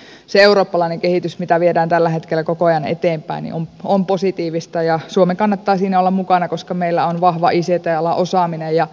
ja siinä mielessä tietysti se eurooppalainen kehitys mitä viedään tällä hetkellä koko ajan eteenpäin on positiivista ja suomen kannattaa olla siinä mukana koska meillä on vahva ict alan osaaminen ja